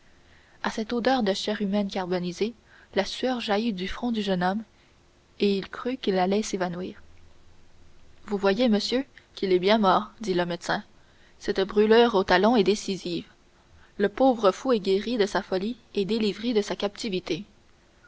à cette odeur de chair humaine carbonisée la sueur jaillit du front du jeune homme et il crut qu'il allait s'évanouir vous voyez monsieur qu'il est bien mort dit le médecin cette brûlure au talon est décisive le pauvre fou est guéri de sa folie et délivré de sa captivité